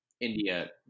India